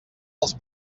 els